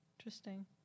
Interesting